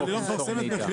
אבל היא לא מפרסמת מחירים.